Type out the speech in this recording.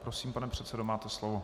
Prosím, pane předsedo, máte slovo.